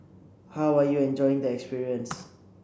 how are you enjoying the experience